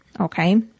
Okay